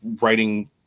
writing